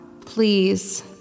Please